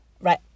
right